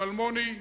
עם אלמוני.